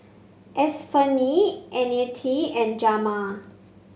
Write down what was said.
Estefany Nannette and Jamaal